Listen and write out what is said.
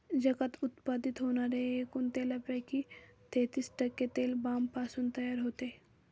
जगात उत्पादित होणाऱ्या एकूण तेलापैकी तेहतीस टक्के तेल पामपासून तयार होते